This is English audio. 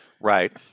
Right